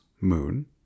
moon